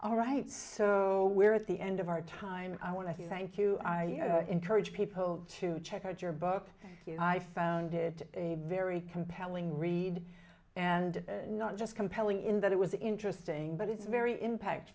all right so we're at the end of our time i want to thank you i encourage people to check out your book i found it a very compelling read and not just compelling in that it was interesting but it's very